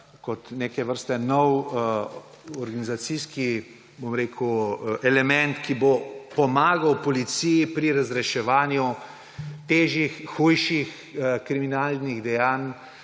kot neke vrste nov organizacijski element, ki bo pomagal policiji pri razreševanju težjih, hujših kriminalnih dejanj